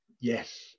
yes